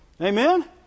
Amen